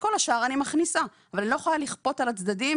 כל השאר אני מכניסה אבל אני לא יכולה לכפות על הצדדים.